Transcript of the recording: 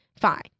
Fine